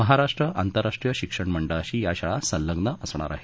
महाराष्ट्र आंतरराष्ट्रीय शिक्षण मंडळशी या शाळा संलग्न असणार आहेत